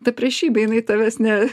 ta priešybė jinai tavęs ne